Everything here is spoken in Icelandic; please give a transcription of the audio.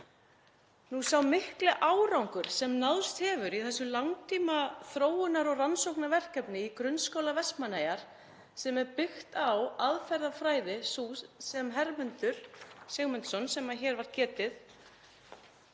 Sá mikli árangur sem náðst hefur í þessu langtímaþróunar- og rannsóknarverkefni í Grunnskóla Vestmannaeyja, sem er byggt á aðferðafræði Hermundar Sigmundssonar sem hér var getið,